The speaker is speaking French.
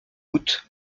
août